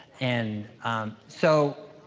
and so,